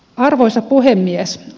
arvoisa puhemies